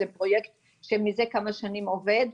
זה פרויקט שמזה כמה שנים עובד.